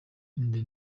inda